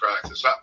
practice